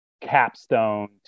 capstone